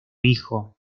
hijo